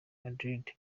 madrid